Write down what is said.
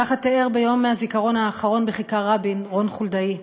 ככה תיאר ביום הזיכרון האחרון בכיכר רבין רון חולדאי,